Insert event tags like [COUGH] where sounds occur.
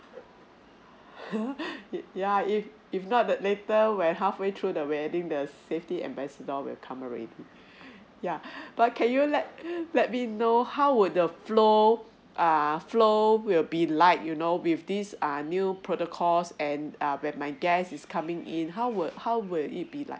[LAUGHS] yeah if if not that later we're halfway through the wedding the safety ambassador will come already yeah but can you let let me know how would the flow err flow will it be like you know with this err new protocols and err when my guest is coming in how would how would it be like